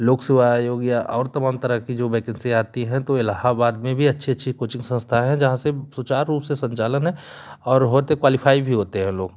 लोकसभा आयोग या और तमाम तरह की जो वैकेंसी आती है तो इलाहाबाद में भी अच्छे अच्छे कोचिंग संस्थाएँ है जहाँ से सुचारू रूप से संचालन है और होते क्वालीफाई भी होते हैं लोग